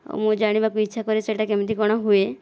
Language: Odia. ଆଉ ମୁଁ ଜାଣିବାକୁ ଇଚ୍ଛା କରେ ସେଇଟା କେମିତି କ'ଣ ହୁଏ